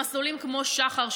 במסלולים כמו שח"ר,